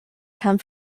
come